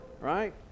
right